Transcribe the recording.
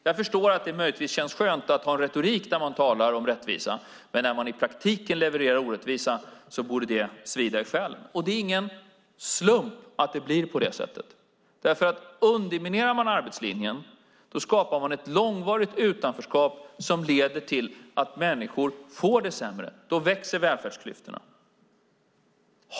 Jag förstår att det möjligtvis känns skönt att ha en retorik där man talar om rättvisa, men när man i praktiken levererar orättvisa borde det svida i själen. Det är ingen slump att det blir på det sättet. Underminerar man arbetslinjen skapar man ett långvarigt utanförskap som leder till att människor får det sämre. Då växer välfärdsklyftorna.